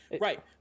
right